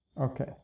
Okay